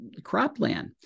cropland